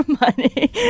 money